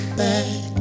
back